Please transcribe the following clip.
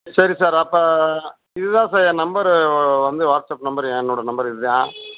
சரி சார் அப்போ இதுதான் சார் என் நம்பரு வந்து வாட்ஸ்அப் நம்பரு என்னோடய நம்பர் இதுதான்